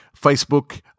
Facebook